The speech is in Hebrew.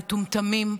מטומטמים,